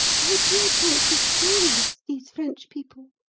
our dear country's friends, these french people.